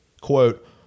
quote